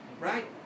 right